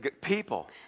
people